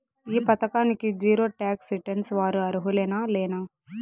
ఈ పథకానికి zero tax returns వారు అర్హులేనా లేనా?